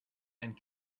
and